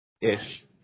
Ish